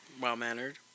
Well-mannered